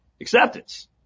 Acceptance